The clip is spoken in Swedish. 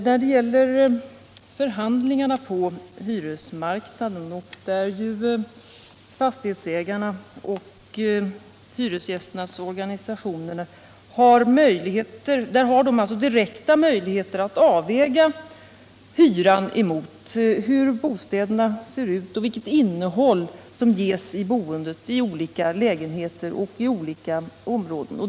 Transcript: Herr talman! Vid förhandlingar på hyresmarknaden har ju fastighetsägarna och hyresgästernas organisationer direkta möjligheter att avväga hyrorna mot hur bostäderna ser ut och vilket innehåll som ges boendet i olika lägenheter och i olika områden.